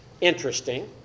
Interesting